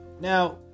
Now